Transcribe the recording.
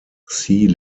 sea